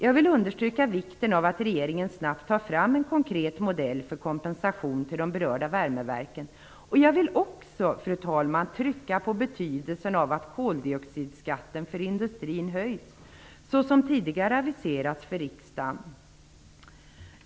Jag vill understryka vikten av att regeringen snabbt tar fram en konkret modell för kompensation till berörda värmeverk. Jag vill också, fru talman, understryka betydelsen av att koldioxidskatten för industrin höjs, såsom tidigare aviserats för riksdagen.